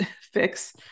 fix